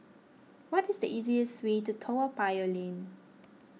what is the easiest way to Toa Payoh Lane